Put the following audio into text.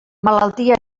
malaltia